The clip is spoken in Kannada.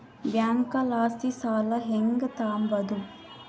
ಬ್ಯಾಂಕಲಾಸಿ ಸಾಲ ಹೆಂಗ್ ತಾಂಬದು?